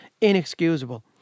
inexcusable